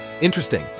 Interesting